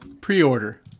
Pre-order